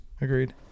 Agreed